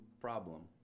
problem